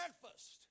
breakfast